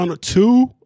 two